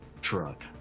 truck